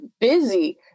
busy